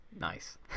nice